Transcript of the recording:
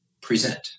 present